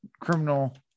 criminal